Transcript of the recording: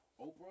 Oprah